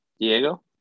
Diego